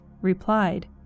replied